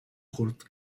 curt